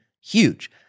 huge